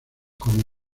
como